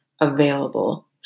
available